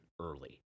early